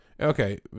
okay